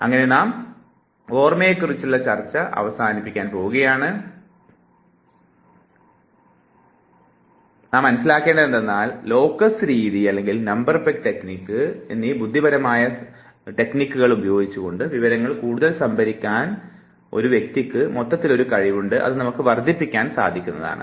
അങ്ങനെ നാം ഓർമ്മയെ കുറിച്ചുള്ള ചർച്ച ഇവിടെ അവസാനിപ്പിക്കുവാൻ പോകുകയാണ് നാം മനസ്സിലാക്കേണ്ടതെന്തെന്നാൽ ലോക്കസ് രീതി അല്ലെങ്കിൽ നമ്പർ പെഗ് ടെക്നിക്ക് എന്നീ ബുദ്ധിപരമായ സാങ്കേതിക വിദ്യകൾ ഉപയോഗിച്ചുകൊണ്ട് വിവരങ്ങൾ കൂടുതൽ സംഭരിക്കുന്നതിനുള്ള ഒരു വ്യക്തിയുടെ മൊത്തത്തിലുള്ള കഴിവ് വർദ്ധിപ്പിക്കുവാൻ സാധിക്കുന്നതാണ്